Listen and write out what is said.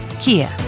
Kia